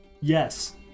Yes